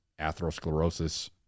atherosclerosis